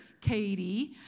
Katie